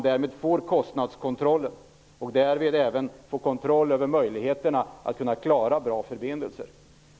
Därmed får man kontroll över kostnaderna och även kontroll över möjligheterna att klara bra förbindelser.